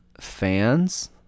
fans